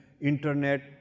internet